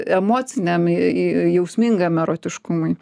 emociniam i jausmingam erotiškumui